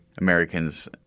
Americans